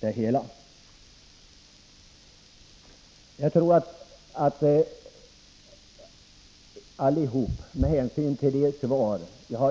Jag har